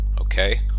okay